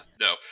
no